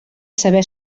saber